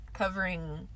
Covering